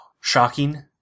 shocking